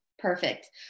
Perfect